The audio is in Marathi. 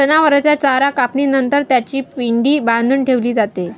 जनावरांचा चारा कापणी नंतर त्याची पेंढी बांधून ठेवली जाते